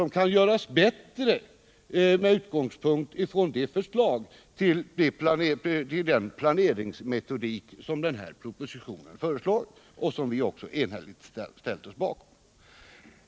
De kan göras bättre med utgångspunkt i de förslag till planeringsmetodik som den här propositionen föreslår och som vi enhälligt ställt oss bakom.